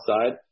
side